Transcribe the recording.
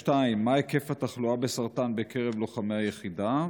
מה היקף התחלואה בסרטן בקרב לוחמי היחידה?